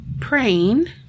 praying